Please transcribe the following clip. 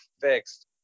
fixed